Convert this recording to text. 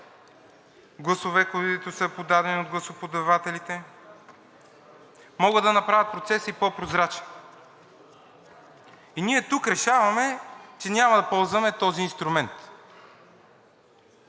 гласове, подадени от гласоподавателите, могат да направят процеса и по-прозрачен. И ние тук решаваме, че няма да ползваме този инструмент.